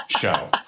show